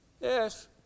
yes